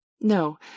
No